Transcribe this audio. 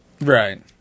Right